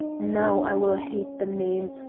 now i will hate the name,